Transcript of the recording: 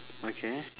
okay